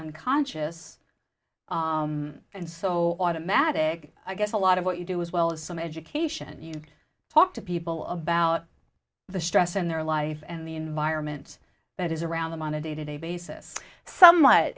unconscious and so automatic i guess a lot of what you do as well as some education you talk to people about the stress in their life and the environment that is around them on a day to day basis